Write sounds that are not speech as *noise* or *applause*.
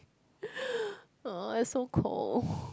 *breath* I so cold